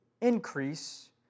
increase